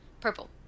Purple